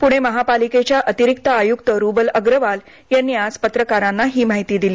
पुणे महापालिकेच्या अतिरिक्त आयुक्त रुबल अग्रवाल यांनी आज पत्रकारांना ही माहिती दिली